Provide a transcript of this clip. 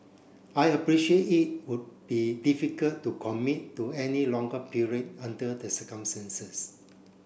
I appreciate it would be difficult to commit to any longer period under the circumstances